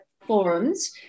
forums